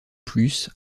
plus